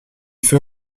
fait